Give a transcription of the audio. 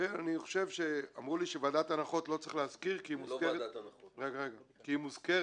לכן אני חושב --- אמרו לי שוועדת הנחות לא צריך להזכיר כי היא מוזכרת